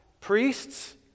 Priests